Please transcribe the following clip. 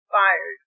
fired